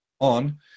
on